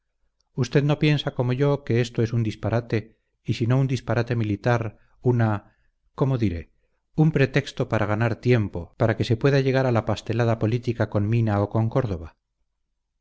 usted no piensa como yo que esto es un disparate y si no un disparate militar una cómo diré un pretexto para ganar tiempo hasta que se pueda llegar a la pastelada política con mina o con córdoba